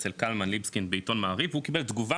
אצל קלמן ליבסקינד בעיתון מעריב והוא קיבל תגובה